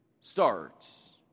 starts